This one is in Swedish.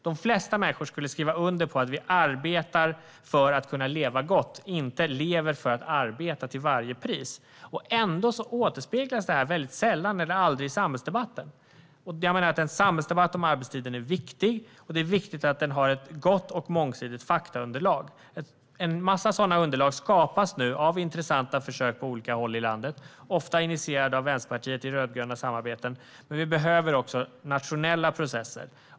De flesta människor skulle skriva under på att vi arbetar för att kunna leva gott och inte lever för att arbeta till varje pris. Ändå återspeglas det väldigt sällan eller aldrig i samhällsdebatten. Jag menar att en samhällsdebatt om arbetstiden är viktig, och det är viktigt att den har ett gott och mångsidigt faktaunderlag. En mängd sådana underlag skapas nu av intressanta försök på olika håll i landet, ofta initierade av Vänsterpartiet i rödgröna samarbeten. Men vi behöver också nationella processer.